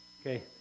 Okay